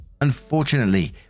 Unfortunately